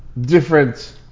different